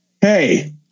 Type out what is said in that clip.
Hey